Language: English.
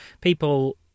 people